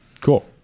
Cool